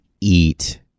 eat